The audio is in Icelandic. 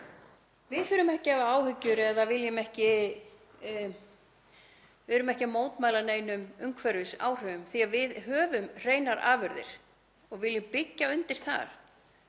Við þurfum ekki að hafa áhyggjur eða viljum ekki mótmæla neinum umhverfisáhrifum því að við höfum hreinar afurðir og viljum byggja undir það.